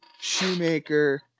Shoemaker